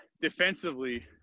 defensively